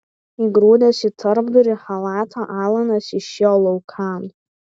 įgrūdęs į tarpdurį chalatą alanas išėjo laukan